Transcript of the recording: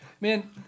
Man